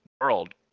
world